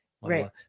right